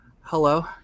hello